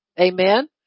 Amen